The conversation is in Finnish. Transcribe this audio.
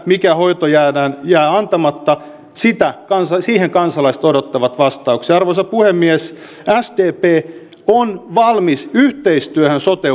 mikä hoito jää antamatta siihen kansalaiset odottavat vastauksia arvoisa puhemies sdp on valmis yhteistyöhön sote